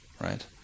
right